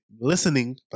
listening